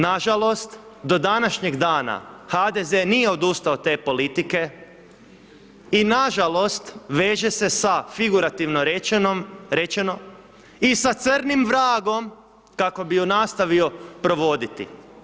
Na žalost, do današnjeg dana HDZ-e nije odustao od te politike i na žalost veže se sa figurativno rečeno i sa „crnim vragom“ kako bi ju nastavio provoditi.